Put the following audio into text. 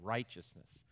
Righteousness